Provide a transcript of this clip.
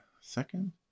second